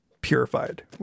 purified